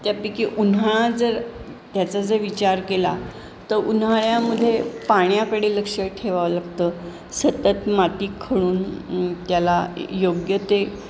त्यापैकी उन्हाळा जर त्याचा जर विचार केला तर उन्हाळ्यामध्ये पाण्याकडे लक्ष ठेवावं लागतं सतत माती खळून त्याला योग्य ते